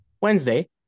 Wednesday